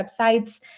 websites